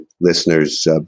listeners